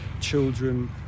children